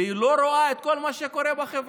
והיא לא רואה את כל מה שקורה בחברה.